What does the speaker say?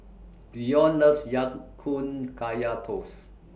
Dion loves Ya Kun Kaya Toast